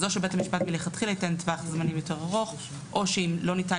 או שבית המשפט לכתחילה ייתן טווח זמנים יותר ארוך או שאם לא ניתן